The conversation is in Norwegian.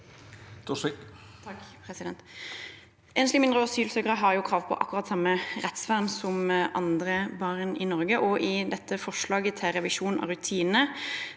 Enslige mindreårige asylsøkere har krav på akkurat samme rettsvern som andre barn i Norge. I dette forslaget til revisjon av rutiner